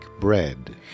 bread